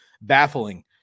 baffling